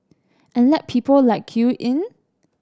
and let people like you in